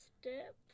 step